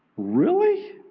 really?